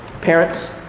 parents